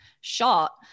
shot